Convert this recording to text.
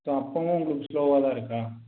so அப்போவும் உங்களுக்கு ஸ்லோவாக தான் இருக்கா